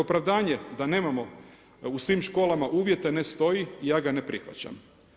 Opravdanje da nemamo u svim školama uvijete ne stoji i ja ga ne prihvaćam.